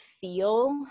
feel